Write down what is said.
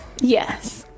yes